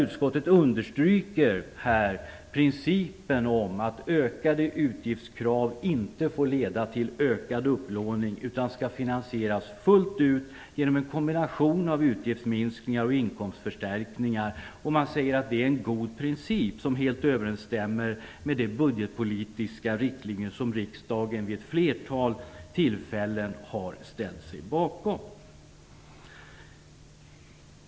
Utskottet understryker principen om att ökade utgiftskrav inte får leda till en ökad upplåning, utan de utgifterna skall finansieras fullt ut genom en kombination av utgiftsminskningar och inkomstförstärkningar. Man säger att det är en god princip som helt överensstämmer med de budgetpolitiska riktlinjer som riksdagen vid ett flertal tillfällen har ställt sig bakom.